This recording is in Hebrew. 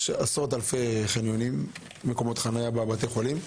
יש עשרות אלפי מקומות חניה בבתי החולים.